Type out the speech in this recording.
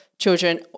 children